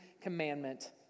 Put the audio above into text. commandment